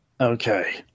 Okay